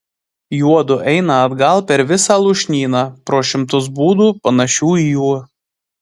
juodu eina atgal per visą lūšnyną pro šimtus būdų panašių į jų